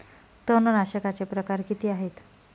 तणनाशकाचे प्रकार किती आहेत?